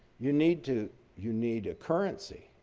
you need to you need a currency.